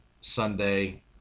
Sunday